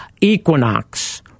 Equinox